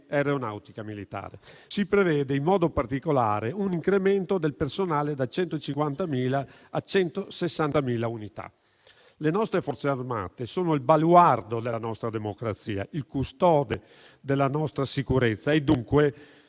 Si prevede in particolare un incremento del personale da 150.000 a 160.000 unità. Le nostre Forze armate sono il baluardo della nostra democrazia, il custode della nostra sicurezza e, dunque,